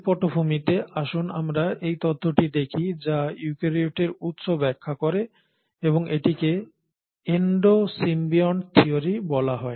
এই পটভূমিতে আসুন আমরা সেই তত্ত্বটি দেখি যা ইউক্যারিওটের উৎস ব্যাখ্যা করে এবং এটিকে এন্ডো সিম্বিয়ন্ট থিয়োরি বলা হয়